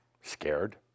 scared